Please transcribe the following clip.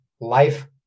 life